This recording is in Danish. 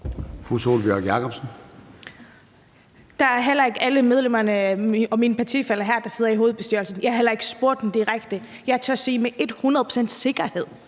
Sólbjørg Jakobsen (LA): Det er heller ikke alle medlemmerne blandt mine partifæller her, der sidder i hovedbestyrelsen, og jeg har heller ikke spurgt dem direkte, men jeg tør sige med et hundrede